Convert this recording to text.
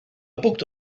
booked